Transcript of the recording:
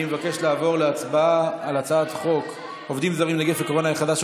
אני מבקש לעבור להצבעה על הצעת חוק עובדים זרים (נגיף הקורונה החדש,